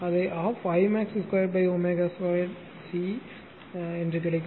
அதை 12 I max 2 ω2 சி கிடைக்கும்